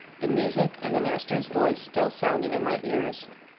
the music and the master's voice still sounding in my ears,